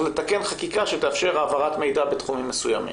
לתקן חקיקה שתאפשר העברת מידע בתחומים מסוימים.